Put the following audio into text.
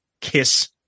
Kiss